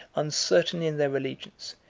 uncertain in their allegiance,